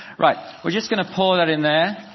right. we're just going to pour that in there.